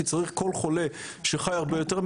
כי כבר צריך כל חולה שחיי הרבה יותר,